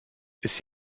ist